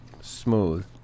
Smooth